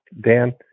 Dan